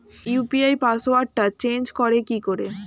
UPI পাসওয়ার্ডটা change করে কি করে?